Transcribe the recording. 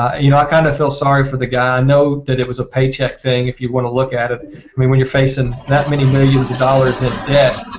you know i kind of feel sorry for the guy i know that it was a paycheck saying if you want a look at it i mean mimi phase-in that many millions of dollars in debt